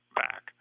back